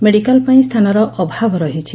medical ପାଇଁ ସ୍ଥାନ ଅଭାବ ରହିଛି